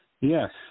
Yes